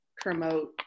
promote